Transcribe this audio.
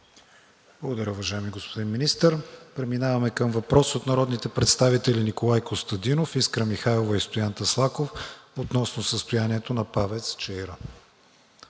Благодаря, уважаеми господин Министър. Преминаваме към въпрос от народните представители Николай Костадинов, Искра Михайлова и Стоян Таслаков относно състоянието на ПАВЕЦ „Чаира“.